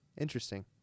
interesting